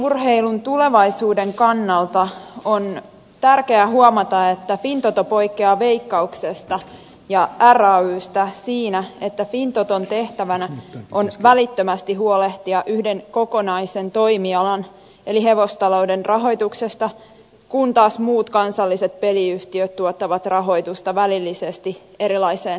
raviurheilun tulevaisuuden kannalta on tärkeää huomata että fintoto poikkeaa veikkauksesta ja raystä siinä että fintoton tehtävänä on välittömästi huolehtia yhden kokonaisen toimialan eli hevostalouden rahoituksesta kun taas muut kansalliset peliyhtiöt tuottavat rahoitusta välillisesti erilaiseen kansalaistoimintaan